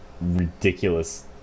ridiculous